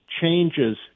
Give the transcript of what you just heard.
changes